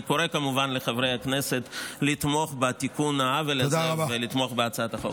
אני קורא כמובן לחברי הכנסת לתמוך בתיקון העוול הזה ולתמוך בהצעת החוק.